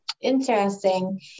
Interesting